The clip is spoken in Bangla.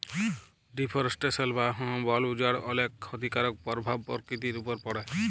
ডিফরেসটেসল বা বল উজাড় অলেক খ্যতিকারক পরভাব পরকিতির উপর পড়ে